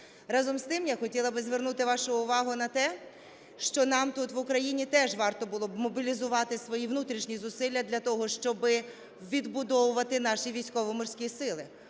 Разом з тим я хотіла би звернути вашу увагу на те, що нам тут в Україні теж варто було б мобілізувати свої внутрішні зусилля для того, щоби відбудовувати наші Військово-Морські Сили,